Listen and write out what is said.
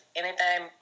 anytime